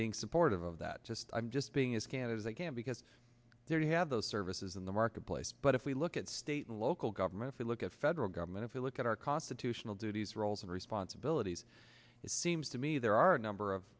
being supportive of that just i'm just being as candid as i can because there have those services in the marketplace but if we look at state and local governments we look at federal government if you look at our constitutional duties roles and responsibilities it seems to me there are a number of